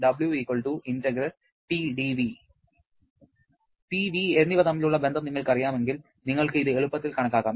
P V എന്നിവ തമ്മിലുള്ള ബന്ധം നിങ്ങൾക്ക് അറിയാമെങ്കിൽ നിങ്ങൾക്ക് ഇത് എളുപ്പത്തിൽ കണക്കാക്കാം